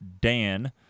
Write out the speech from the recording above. Dan